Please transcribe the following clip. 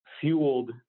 fueled